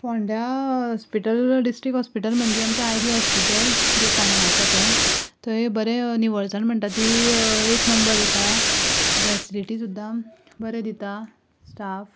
फोंड्या hospital district hospital म्हणचे आमचें आय डी हॉस्पिटल जें फोंड्या आसा तें थंय बरें निवळसाण म्हणटा ती एक नंबर आसा फॅसिलीटी सुद्दां बरे दिता स्टाफ